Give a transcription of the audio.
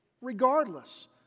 Regardless